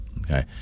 okay